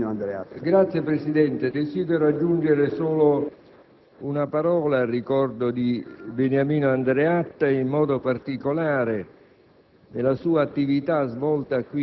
Signor Presidente, desidero aggiungere solo poche parole al ricordo di Beniamino Andreatta e, in modo particolare,